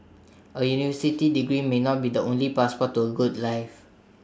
A university degree may not be the only passport to A good life